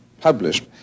published